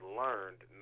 learned